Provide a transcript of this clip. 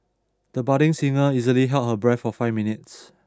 the budding singer easily held her breath for five minutes